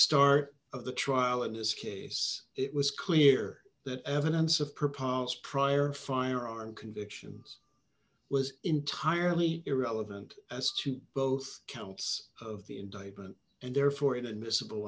start of the trial in this case it was clear that evidence of propounds prior firearm convictions was entirely irrelevant as to both counts of the indictment and therefore it admissible